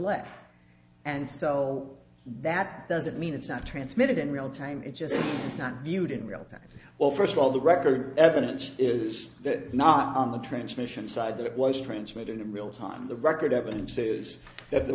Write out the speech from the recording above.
dilemma and so that doesn't mean it's not transmitted in real time it just is not viewed in real time well first of all the record evidence is that not on the transmission side that it was transmitted in real time the record evidence is that there